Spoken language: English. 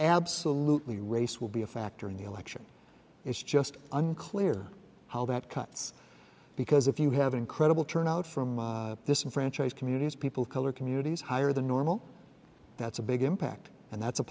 absolutely race will be a factor in the election it's just unclear how that cuts because if you have an incredible turnout from disenfranchised communities people color communities higher than normal that's a big impact and that's a